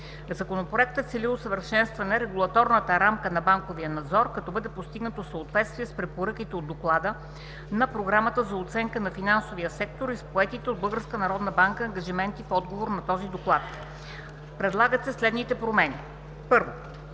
Законопроектът цели усъвършенстване регулаторната рамка на банковия надзор, като бъде постигнато съответствие с препоръките от Доклада на Програмата за оценка на финансовия сектор и с поетите от Българска народна банка ангажименти в отговор на Доклада. Предлагат се следните промени: 1.